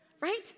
Right